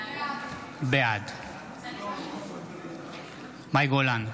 בעד מאי גולן,